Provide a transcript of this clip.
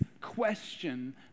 question